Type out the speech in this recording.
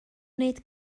wneud